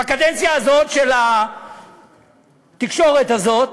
בקדנציה הזאת של התקשורת הזאת?